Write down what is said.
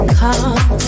come